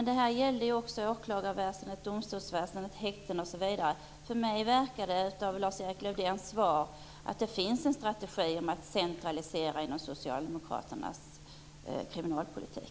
Det gäller också åklagarväsendet, domstolsväsendet, häktena osv. Lars-Erik Lövdéns svar ger mig intrycket att det finns en centraliseringsstrategi i socialdemokraternas kriminalpolitik.